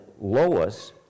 Lois